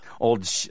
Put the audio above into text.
Old